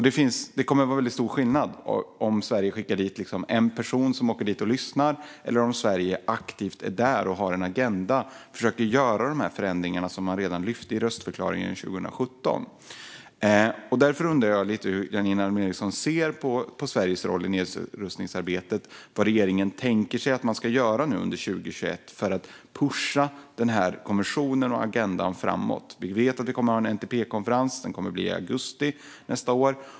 Det kommer att vara väldigt stor skillnad mellan om Sverige skickar dit en person som åker dit och lyssnar och om Sverige deltar aktivt med en agenda och försöker göra de förändringar som man redan lyft fram i röstförklaringen 2017. Därför undrar jag hur Janine Alm Ericson ser på Sveriges roll i nedrustningsarbetet och vad regeringen tänker sig att man ska göra under 2021 för att pusha konventionen och agendan framåt. Vi vet att vi kommer att ha en NTP-konferens i augusti nästa år.